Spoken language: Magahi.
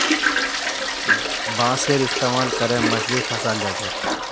बांसेर इस्तमाल करे मछली फंसाल जा छेक